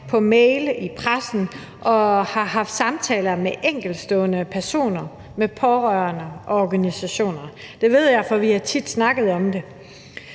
på mail og i pressen og har haft samtaler med enkeltstående personer, med pårørende og med organisationer – det ved jeg, for vi har tit snakket om det